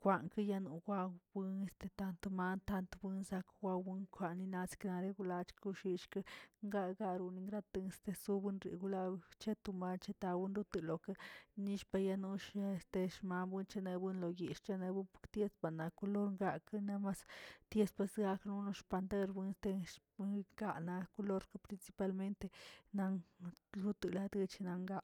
kwanki yanokwan buen tanto mata buen sak wawon kaninaskna klach kushishke gaꞌ garo nigrat desde sonwenri law cheto mar taw retono nill payanoshe tesh mawocha yebuen lo yix̱kə yawo porkties tana kolor gakə ties mas gakə no lo rpanterwin tenx wika naꞌ klor principal realmente loto nanche langaa.